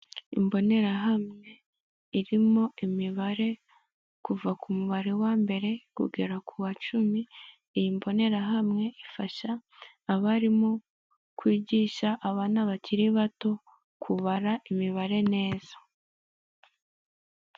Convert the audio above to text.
Imbonerahamwe irimo imibare kuva ku mubare wa mbere kugera ku wa cumi, iyi mbonerahamwe ifasha abarimu kwigisha abana bakiri bato kubara imibare neza.